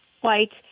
white